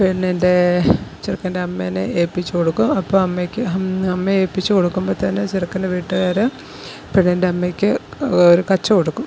പെണ്ണിൻ്റെ ചെറുക്കൻ്റെ അമ്മേനെ ഏൽപ്പിച്ചു കൊടുക്കും അപ്പം അമ്മയ്ക്ക് അം അമ്മേ ഏൽപ്പിച്ചു കൊടുക്കുമ്പോഴത്തേന് ചെറുക്കൻ്റെ വീട്ടുകാർ പെണ്ണിൻ്റെ അമ്മക്ക് ഒരു കച്ച കൊടുക്കും